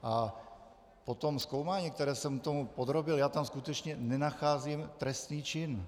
A po tom zkoumání, kterému jsem to podrobil, já tam skutečně nenacházím trestný čin.